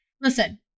listen